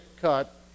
cut